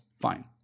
Fine